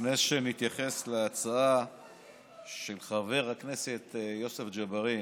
לפני שנתייחס להצעה של חבר הכנסת יוסף ג'בארין,